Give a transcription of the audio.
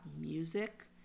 music